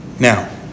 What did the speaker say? Now